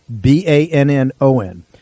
B-A-N-N-O-N